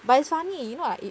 but it's funny you know like it